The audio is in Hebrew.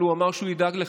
אבל הוא אמר שהוא ידאג לכך.